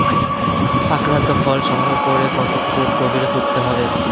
আক্রান্ত ফল সংগ্রহ করে কত ফুট গভীরে পুঁততে হবে?